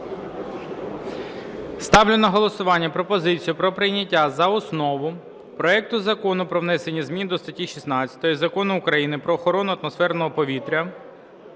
Ставлю на голосування пропозицію про прийняття за основу проекту Закону про внесення змін до статті 16 Закону України "Про охорону атмосферного повітря"